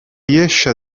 riesce